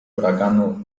huraganu